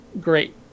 great